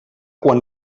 quan